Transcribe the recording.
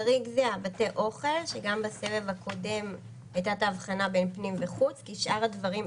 הקודם ניתן פטור לתינוקות עד גיל שנה כי חשבנו